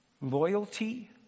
loyalty